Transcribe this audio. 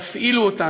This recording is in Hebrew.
תפעילו אותנו.